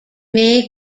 may